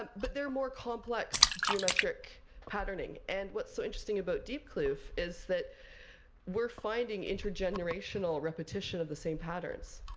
but there are more complex geometric patterning. and what's so interesting about diepkloof is that we're finding intergenerational repetition of the same patterns.